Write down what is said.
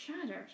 shattered